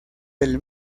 del